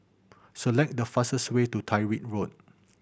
select the fastest way to Tyrwhitt Road